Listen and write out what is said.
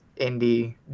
indie